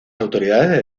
autoridades